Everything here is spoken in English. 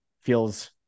feels